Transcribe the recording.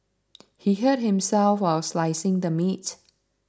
he hurt himself while slicing the meat